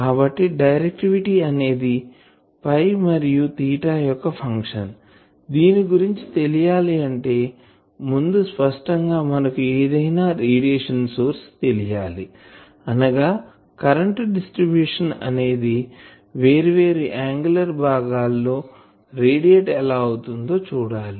కాబట్టి డైరెక్టివిటీ అనేది మరియు యొక్క ఫంక్షన్ దీని గురించి తెలియాలి అంటే ముందు స్పష్టంగా మనకు ఏదైనా రేడియేషన్ సోర్స్ తెలియాలి అనగా కరెంటు డిస్ట్రిబ్యూషన్ అనేది వేర్వేరు యాంగులర్ భాగాల్లో రేడియేట్ ఎలా అవుతుందో చూడాలి